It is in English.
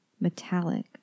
metallic